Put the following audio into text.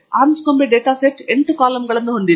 Anscombe data set 8 ಕಾಲಮ್ಗಳನ್ನು ಹೊಂದಿದೆ